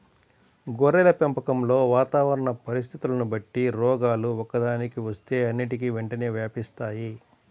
గొర్రెల పెంపకంలో వాతావరణ పరిస్థితులని బట్టి రోగాలు ఒక్కదానికి వస్తే అన్నిటికీ వెంటనే వ్యాపిస్తాయి